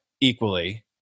equally